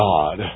God